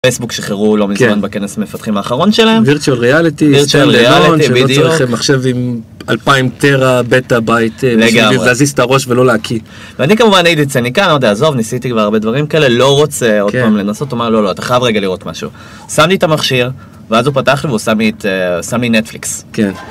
פייסבוק שחררו לא מזמן בכנס המפתחים האחרון שלהם וירצ'ל ריאליטי וירצ'ל ריאליטי בדיוק שלא צריכים מחשב עם אלפיים טרה בטה בייט לגמרי בשביל להזיז את הראש ולא להקיא ואני כמובן הייתי צניקן, אני אמרתי עזוב, ניסיתי כבר הרבה דברים כאלה לא רוצה עוד פעם לנסות, אומר לא לא, אתה חייב רגע לראות משהו שמתי את המכשיר, ואז הוא פתח לי והוא שם לי נטפליקס